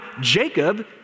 Jacob